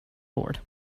board